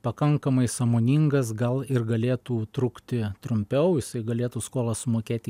pakankamai sąmoningas gal ir galėtų trukti trumpiau jisai galėtų skolą sumokėti